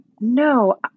No